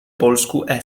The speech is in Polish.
polsku